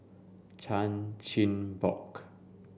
Chan Chin Bock